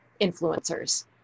influencers